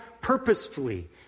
purposefully